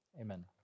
amen